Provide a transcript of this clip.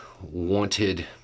wanted